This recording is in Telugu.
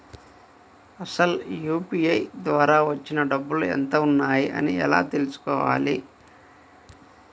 అసలు యూ.పీ.ఐ ద్వార వచ్చిన డబ్బులు ఎంత వున్నాయి అని ఎలా తెలుసుకోవాలి?